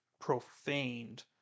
profaned